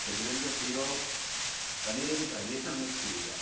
गजरुनि जो सीरो पनीर जी भाॼीअ सां मिक्स थी वियो आहे